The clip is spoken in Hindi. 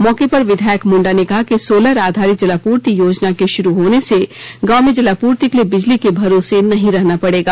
मौके पर विधायक मुंडा ने कहा कि सोलर आधारित जलापूर्ति योजना के शुरू होने से गांव में जलापूर्ति के लिए बिजली के भरोस नहीं रहना पड़ेगा